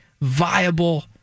viable